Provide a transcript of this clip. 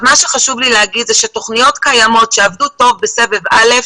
חשוב לי לומר שתוכניות קיימות שעבדו טוב בסבב ראשון,